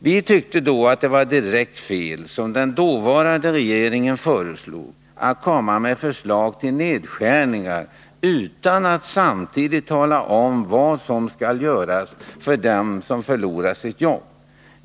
Vi tyckte då att det var direkt fel att — som den dåvarande regeringen föreslog — komma med förslag till nedskärningar utan att samtidigt tala om vad som skall göras för den som förlorar sitt jobb.